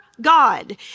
God